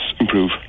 improve